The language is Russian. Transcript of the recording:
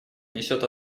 несет